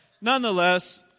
nonetheless